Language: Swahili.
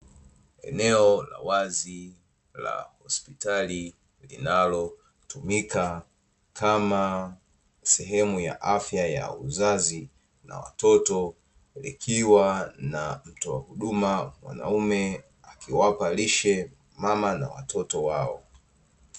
Eneo la wazi la hospitali inalotumika kama sehemu ya afya ya uzazi na watoto, ikiwa na mtoa huduma mwanaume akiwapa lishe mama na watoto wao.